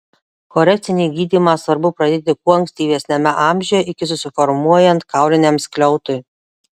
korekcinį gydymą svarbu pradėti kuo ankstyvesniame amžiuje iki susiformuojant kauliniam skliautui